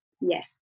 yes